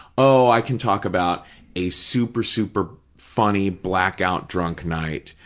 oh, i can talk about a super-super funny blackout-drunk night,